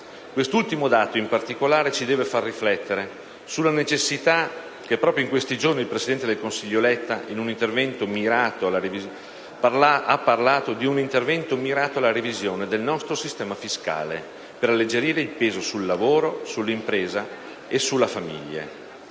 Quest'ultimo dato, in particolare, ci deve far riflettere sulla necessità, peraltro proprio in questi giorni annunciata dal presidente del Consiglio Letta, di un intervento mirato alla revisione del nostro sistema fiscale per alleggerirne il peso sul lavoro, sull'impresa e sulle famiglie.